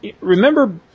remember